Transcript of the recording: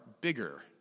bigger